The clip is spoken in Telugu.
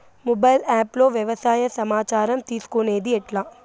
మొబైల్ ఆప్ లో వ్యవసాయ సమాచారం తీసుకొనేది ఎట్లా?